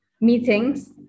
meetings